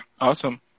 Awesome